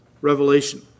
revelation